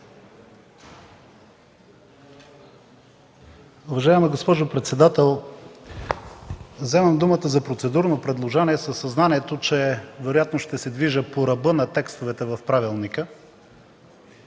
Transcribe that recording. Уважаема госпожо председател, вземам думата за процедурно предложение със съзнанието, че вероятно ще се движа по ръба на текстовете в Правилника,